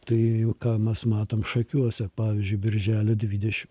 tai ką mes matom šakiuose pavyzdžiui birželio dvidešimt